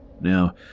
Now